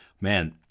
Man